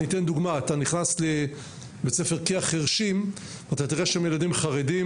אתן דוגמה אתה נכנס לבית ספר כי"ח חרשים ואתה תראה שם ילדים חרדים,